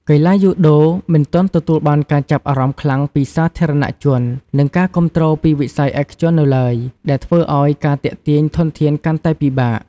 កីឡាយូដូមិនទាន់ទទួលបានការចាប់អារម្មណ៍ខ្លាំងពីសាធារណជន និងការគាំទ្រពីវិស័យឯកជននៅឡើយ ដែលធ្វើឲ្យការទាក់ទាញធនធានកាន់តែពិបាក ។